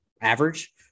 average